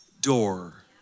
door